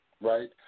right